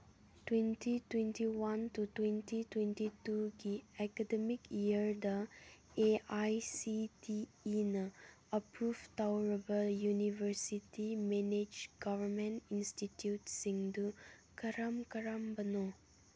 twenty twenty one to twenty twenty ꯇꯨꯒꯤ academic ꯏꯌꯔꯗ A I C T ꯏꯅ ꯑꯄ꯭ꯔꯨꯞ ꯇꯧꯔꯕ ꯌꯨꯅꯤꯚꯔꯁꯤꯇꯤ ꯃꯦꯅꯦꯖ ꯒꯣꯕꯔꯃꯦꯟ ꯏꯟꯁꯇꯤꯇ꯭ꯌꯨꯠꯁꯤꯡꯗꯨ ꯀꯔꯝ ꯀꯔꯝꯕꯅꯣ